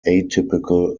atypical